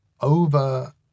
over